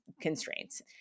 constraints